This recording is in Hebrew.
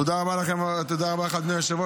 תודה רבה לך, אדוני היושב-ראש.